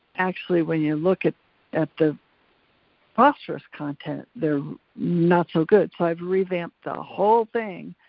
actually when you look at at the phosphorus content they're not so good, so i've revamped the whole thing,